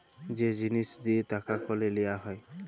যে জিলিস দিঁয়ে টাকা কড়ি লিয়া হ্যয়